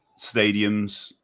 stadiums